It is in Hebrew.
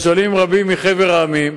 יש עולים רבים מחבר המדינות